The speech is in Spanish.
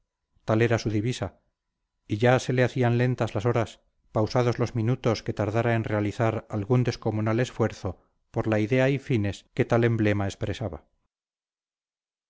tal era su divisa y ya se le hacían lentas las horas pausados los minutos que tardara en realizar algún descomunal esfuerzo por la idea y fines que tal emblema expresaba